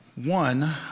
One